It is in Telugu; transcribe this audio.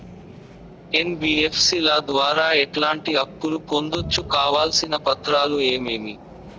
ఎన్.బి.ఎఫ్.సి ల ద్వారా ఎట్లాంటి అప్పులు పొందొచ్చు? కావాల్సిన పత్రాలు ఏమేమి?